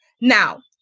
Now